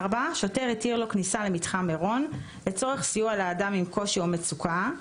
שוטר התיר לו כניסה למתחם מירון לצורך סיוע לאדם עם קושי או מצוקה,